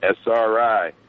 SRI